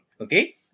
Okay